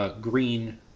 Green